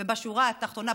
ובשורה התחתונה,